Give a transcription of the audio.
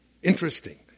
Interesting